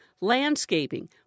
landscaping